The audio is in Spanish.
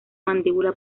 mandíbula